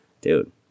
dude